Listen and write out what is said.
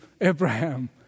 Abraham